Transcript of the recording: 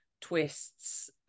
twists